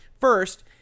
First